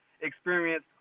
experience